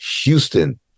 houston